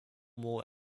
more